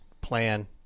plan